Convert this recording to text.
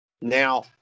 now